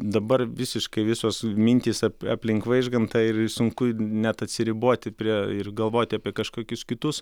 dabar visiškai visos mintys apie aplink vaižgantą ir sunku net atsiriboti prie ir galvoti apie kažkokius kitus